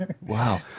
Wow